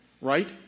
right